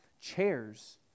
chairs